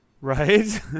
Right